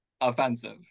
Offensive